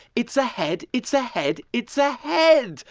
it's a head. it's a head. it's a head.